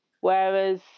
Whereas